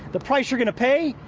the price you're going to pay,